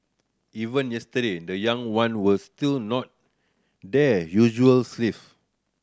even yesterday the young one were still not their usual